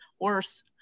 worse